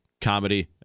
comedy